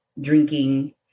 drinking